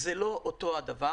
זה לא אותו דבר.